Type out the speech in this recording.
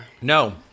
No